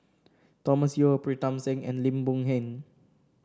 Thomas Yeo Pritam Singh and Lim Boon Heng